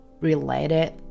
related